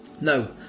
No